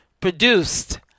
produced